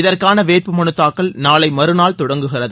இதற்கான வேட்புமனு தாக்கல் நாளை மறுநாள் தொடங்குகிறது